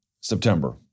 September